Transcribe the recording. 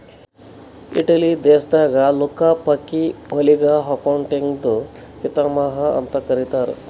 Italy ದೇಶದಾಗ್ Luca ಪಕಿಒಲಿಗ ಅಕೌಂಟಿಂಗ್ದು ಪಿತಾಮಹಾ ಅಂತ್ ಕರಿತ್ತಾರ್